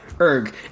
Erg